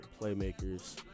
playmakers